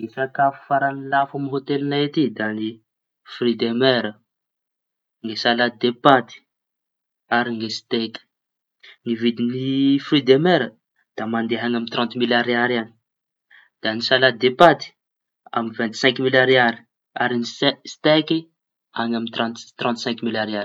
Ny sakafo farañy lafo amy ôteliñay aty da ny fri de mera, salade depaty ary ny steky. Ny vidiñy fri de mera da mandea añy amy trante mily ariary añy. Da ny salady de paty amy vaintisinky mily ariary ary ny ste- steky añy amy trant- tranty sainky mily ariary.